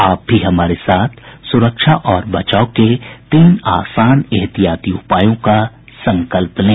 आप भी हमारे साथ सुरक्षा और बचाव के तीन आसान एहतियाती उपायों का संकल्प लें